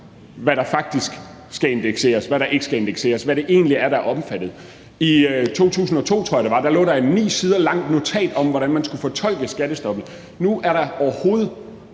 hvad der faktisk skal indekseres, og hvad der ikke skal indekseres – hvad det egentlig er, der er omfattet af det. I 2002, tror jeg, det var, lå der et 9 sider langt notat om, hvordan man skulle fortolke skattestoppet. Nu er der uklarhed